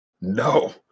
no